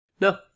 No